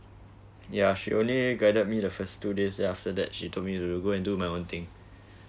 ya she only guided me the first two days after that she told me to go and do my own thing